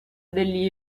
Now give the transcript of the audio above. degli